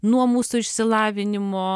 nuo mūsų išsilavinimo